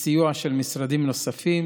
בסיוע של משרדים נוספים